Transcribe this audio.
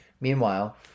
Meanwhile